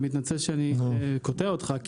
אני מתנצל שאני קוטע אותך,